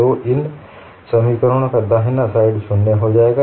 तो इन समीकरणों का दाहिना साइड शून्य हो जाएगा